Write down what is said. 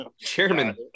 Chairman